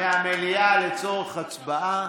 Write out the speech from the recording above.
יש הצבעה עכשיו.